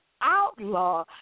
Outlaw